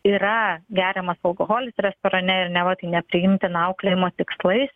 yra geriamas alkoholis restorane ir neva tai nepriimtina auklėjimo tikslais